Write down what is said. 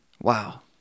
Wow